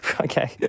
Okay